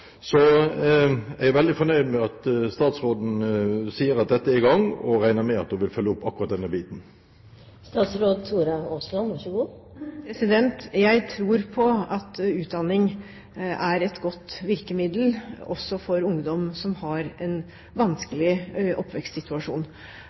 Jeg er veldig fornøyd med at statsråden sier at dette er i gang, og jeg regner med at hun vil følge opp akkurat denne biten. Jeg tror på at utdanning er et godt virkemiddel også for ungdom som har en